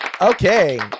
Okay